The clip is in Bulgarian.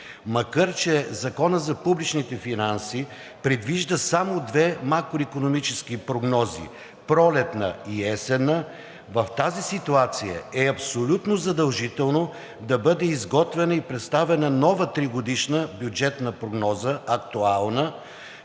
Макар че Законът за публичните финанси предвижда само две макроикономически прогнози – пролетна и есенна, в тази ситуация е абсолютно задължително да бъде изготвена и представена нова 3-годишна бюджетна прогноза – актуална.